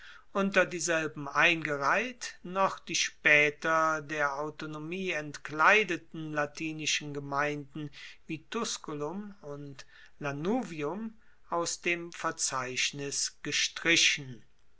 unter dieselben eingereiht noch die spaeter der autonomie entkleideten latinischen gemeinden wie tusculum und lanuvium aus dem verzeichnis gestrichen